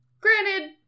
granted